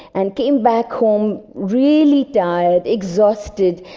and came back home really tired, exhausted,